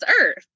earth